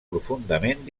profundament